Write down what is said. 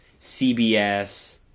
CBS